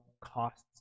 costs